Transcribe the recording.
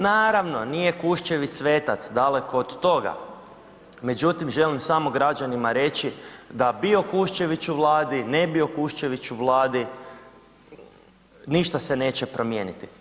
Naravno, nije Kuščević svetac, daleko od toga međutim želim samo građanima reći da bio Kuščević u Vladi, ne bio Kuščević u Vladi ništa s eneće promijeniti.